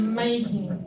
Amazing